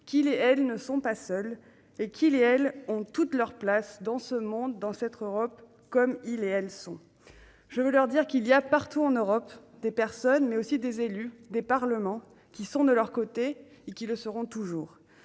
qu'elles et ils ne sont pas seuls, qu'elles et ils ont toute leur place dans ce monde, dans cette Europe, comme elles et ils sont. Je veux leur dire qu'il y a partout en Europe des personnes, mais aussi des élus, des parlements qui sont de leur côté et qui le seront toujours.